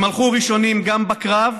הם הלכו ראשונים גם בקרב,